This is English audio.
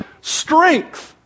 strength